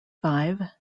five